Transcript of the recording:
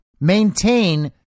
maintain